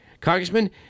Congressman